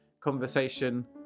conversation